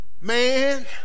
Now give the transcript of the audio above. man